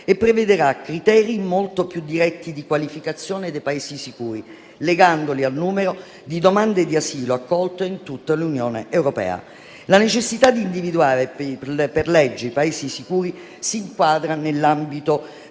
e prevederà criteri molto più diretti di qualificazione dei Paesi sicuri, legandoli al numero di domande di asilo accolte in tutta l'Unione europea. La necessità di individuare per legge i Paesi sicuri si inquadra nell'ambito